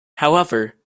however